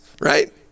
right